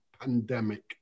pandemic